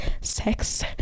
sex